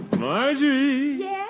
Marjorie